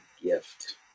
gift